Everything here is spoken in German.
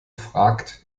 fragt